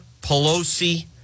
Pelosi